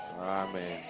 Amen